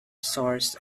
source